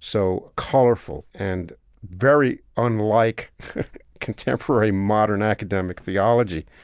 so colorful and very unlike contemporary modern academic theology,